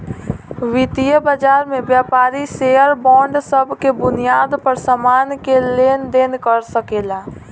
वितीय बाजार में व्यापारी शेयर बांड सब के बुनियाद पर सामान के लेन देन कर सकेला